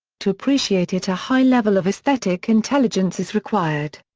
to appreciate it a high level of aesthetic intelligence is required.